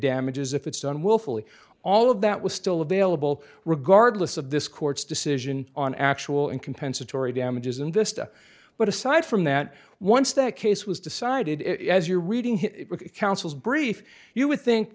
damages if it's done willfully all of that was still available regardless of this court's decision on actual and compensatory damages in this stuff but aside from that once that case was decided as you're reading counsel's brief you would think